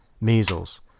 measles